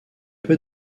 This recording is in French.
peu